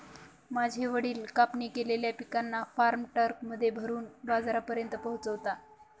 माझे वडील कापणी केलेल्या पिकांना फार्म ट्रक मध्ये भरून बाजारापर्यंत पोहोचवता